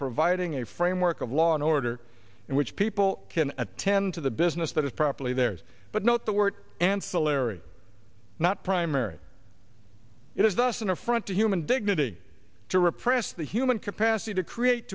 providing a framework of law and order in which people can attend to the business that is properly theirs but note the word ancillary not primary it is thus an affront to human dignity to repress the human capacity to create